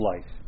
life